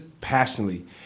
passionately